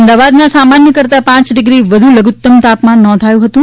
અમદાવાદમાં સામાન્ય કરતા પાંચ ડિગ્રી વધુ લધુત્તમ તાપમાન નોંધાયું હતું